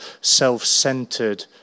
self-centered